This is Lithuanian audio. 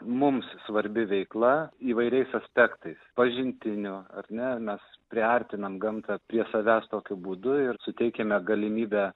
mums svarbi veikla įvairiais aspektais pažintiniu ar ne mes priartinam gamtą prie savęs tokiu būdu ir suteikiame galimybę